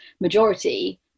majority